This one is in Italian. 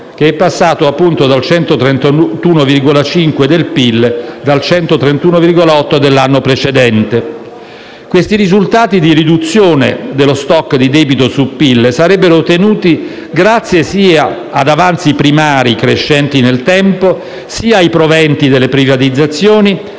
che è passato al 131,5 per cento del PIL (dal 131,8 per cento dell'anno precedente). Questi risultati di riduzione dello *stock* di debito sul PIL sarebbero ottenuti grazie sia ad avanzi primari crescenti nel tempo, sia ai proventi delle privatizzazioni,